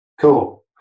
Cool